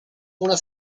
una